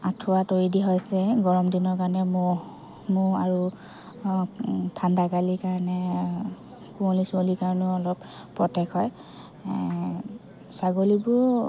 আঁঠুৱা তৰি দিয়া হৈছে গৰম দিনৰ কাৰণে মহ মহ আৰু ঠাণ্ডাকালিৰ কাৰণে কুঁৱলী চুঁৱলীৰ কাৰণেও অলপ প্ৰ'টেক হয় ছাগলীবোৰ